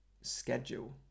schedule